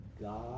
God